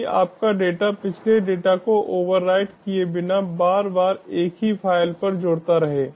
ताकि आपका डेटा पिछले डेटा को ओवरराइट किए बिना बार बार एक ही फाइल पर जुड़ता रहे